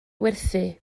werthu